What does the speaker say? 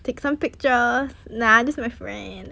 take some pictures nah just my friend